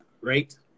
right